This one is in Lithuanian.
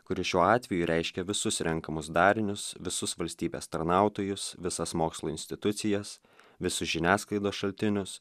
kuri šiuo atveju reiškia visus renkamus darinius visus valstybės tarnautojus visas mokslo institucijas visus žiniasklaidos šaltinius